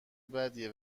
بدیه